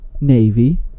Navy